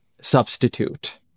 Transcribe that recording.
substitute